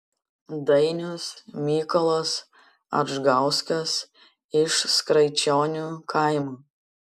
dainius mykolas adžgauskas iš skraičionių kaimo